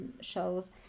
shows